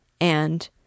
And